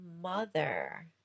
Mother